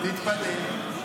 תתפלא.